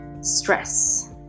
stress